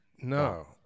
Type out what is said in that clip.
No